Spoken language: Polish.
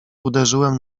uderzyłem